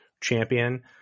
champion